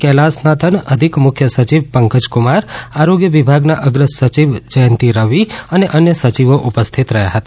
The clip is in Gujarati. કૈલાસનાથન અધિક મુખ્ય સચિવ પંકજકુમાર આરોગ્ય વિભાગના અગ્ર સચિવ જયંતી રવિ અને અન્ય સચિવો ઉપસ્થિત રહ્યા હતા